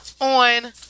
on